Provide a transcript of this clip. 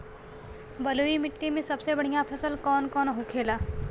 बलुई मिट्टी में सबसे बढ़ियां फसल कौन कौन होखेला?